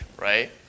right